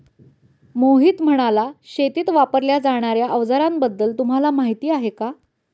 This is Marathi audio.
मोहित म्हणाला, शेतीत वापरल्या जाणार्या अवजारांबद्दल तुम्हाला माहिती आहे का?